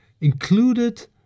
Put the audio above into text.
included